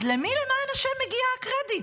אז למי, למען השם, מגיע הקרדיט?